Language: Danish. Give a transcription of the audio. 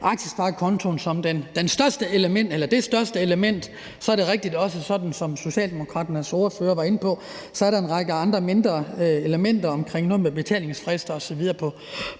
aktiesparekontoen som det største element. Så er det rigtigt, som også Socialdemokraternes ordfører var inde på, at der er en række andre mindre elementer omkring noget med betalingsfrister osv. på